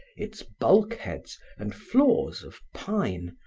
its bulkheads and floor of pine,